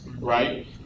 right